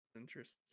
interesting